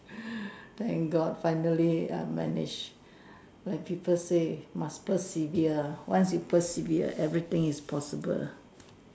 thank God finally I managed when people say must persevere ah once you persevere everything is possible